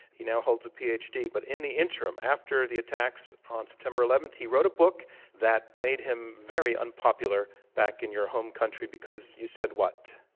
he now holds a ph. d. but in the interim, after the attacks on september eleven, he wrote a book that made him very unpopular back in your home country because you said what?